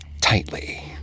tightly